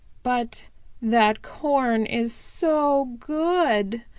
but that corn is so good,